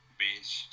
bitch